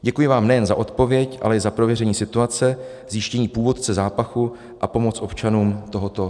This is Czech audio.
Děkuji vám nejen za odpověď, ale i za prověření situace, zjištění původce zápachu a pomoc občanům tohoto regionu.